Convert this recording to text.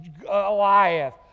Goliath